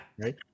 right